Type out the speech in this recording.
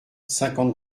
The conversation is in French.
cinquante